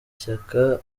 shyaka